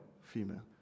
female